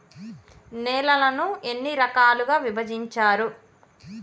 నేలలను ఎన్ని రకాలుగా విభజించారు?